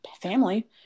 family